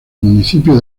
municipio